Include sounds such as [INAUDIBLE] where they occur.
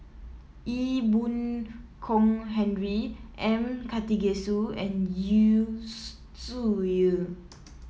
Ee Boon Kong Henry M Karthigesu and Yu [UNINTELLIGIBLE] Zhuye